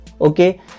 okay